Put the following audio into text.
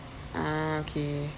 a'ah okay